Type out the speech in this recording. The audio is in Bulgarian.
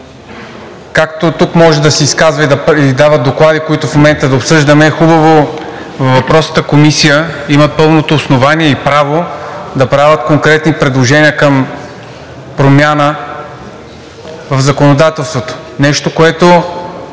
както тук може да се изказва и да издава доклади, които в момента да обсъждаме, е хубаво – въпросната комисия има пълното основание и право – да правят конкретни предложения към промяна в законодателството. Нещо, което